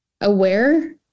aware